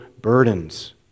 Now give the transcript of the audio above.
burdens